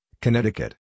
Connecticut